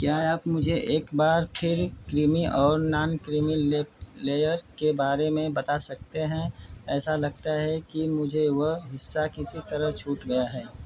क्या आप मुझे एक बार फिर क्रीमी और नॉनक्रीमी ले लेयर के बारे में बता सकते हैं ऐसा लगता है कि मुझसे वह हिस्सा किसी तरह छूट गया है